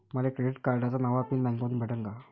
मले क्रेडिट कार्डाचा नवा पिन बँकेमंधून भेटन का?